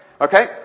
Okay